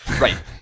Right